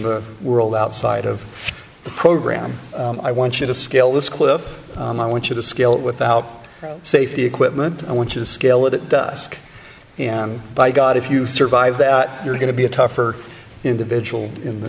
the world outside of the program i want you to scale this cliff i want you to scale without safety equipment i want you to scale it it does and by god if you survive that you're going to be a tougher individual in the